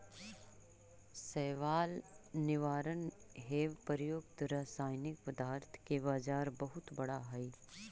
शैवाल निवारण हेव प्रयुक्त रसायनिक पदार्थ के बाजार बहुत बड़ा हई